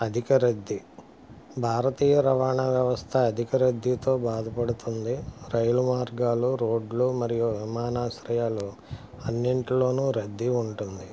అధిక రద్దీ భారతీయ రవాణా వ్యవస్థ అధిక రద్దీతో బాధపడుతుంది రైలు మార్గాలు రోడ్లు మరియు విమానాశ్రయాలు అన్నిటిలోనూ రద్దీ ఉంటుంది